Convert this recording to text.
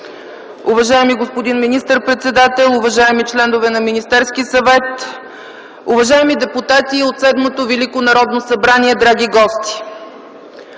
уважаеми господин министър-председател, уважаеми членове на Министерския съвет, уважаеми депутати от Седмото Велико Народно събрание, драги гости!